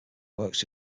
works